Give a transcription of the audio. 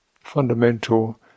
fundamental